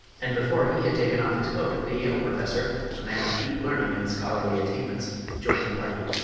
and before he had taken off his coat the yale professor a man of deep learning and scholarly attainments joined the party.